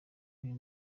uyu